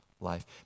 life